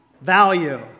Value